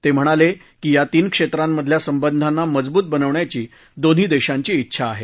ते म्हणाले की या तीन क्षेत्रातल्या संबंधाना मजबूत बनवण्याची दोन्ही देशांची इच्छा आहे